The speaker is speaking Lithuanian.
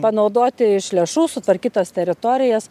panaudoti iš lėšų sutvarkytos teritorijos